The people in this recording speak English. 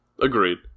Agreed